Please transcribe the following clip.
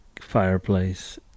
fireplace